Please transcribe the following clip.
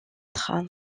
train